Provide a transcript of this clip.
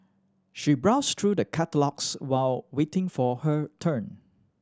she browsed through the catalogues while waiting for her turn